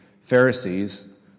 Pharisees